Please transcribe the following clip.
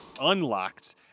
unlocked